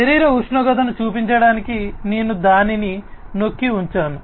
శరీర ఉష్ణోగ్రతను చూపించడానికి నేను దానిని నొక్కి ఉంచాను